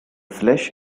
flesh